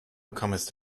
comest